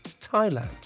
Thailand